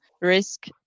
risk